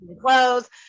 clothes